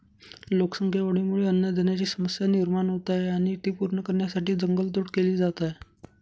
लोकसंख्या वाढीमुळे अन्नधान्याची समस्या निर्माण होत आहे आणि ती पूर्ण करण्यासाठी जंगल तोड केली जात आहे